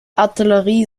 artillerie